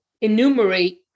enumerate